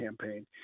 Campaign